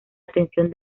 atención